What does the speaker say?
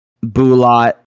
bulat